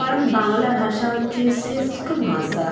কারণ বাংলা ভাষা হচ্ছে শ্রেষ্ঠ ভাষা